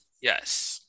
Yes